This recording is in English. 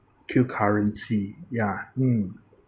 cu~ currency ya mm